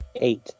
eight